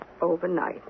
overnight